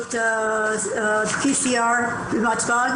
לבדיקות PCR בנתב"ג.